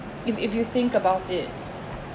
if if you think about it